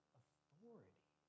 authority